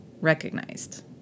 recognized